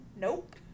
Nope